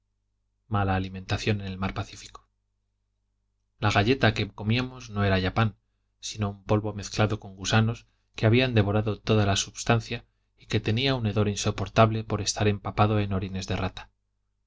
mala alimentación en el mar pacifico la galleta que comíamos no era ya pan sino un polvo mezclado con gusanos que habían devorado toda la substancia y que tenía un hedor insoportable por estar empapado en orines de rata